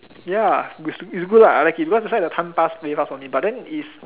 ya it's it's good lah I like it that's why the time pass pretty fast for me but then is